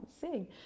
sing